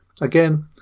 Again